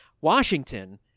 Washington